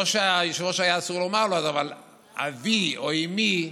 לא שהיושב-ראש היה אסור לו לומר, אבל אבי או אימי,